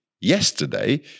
yesterday